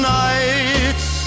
nights